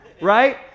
Right